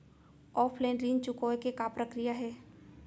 Offline ऋण चुकोय के का प्रक्रिया हे?